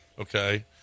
Okay